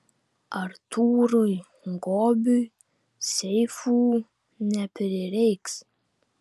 artūrui gobiui seifų neprireiks